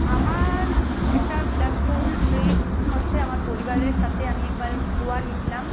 আমার একটা বিলাসপহুল ট্রিপ হচ্ছে আমার পরিবারের সাথে আমি একবার গোয়া গেছিলাম